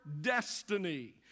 destiny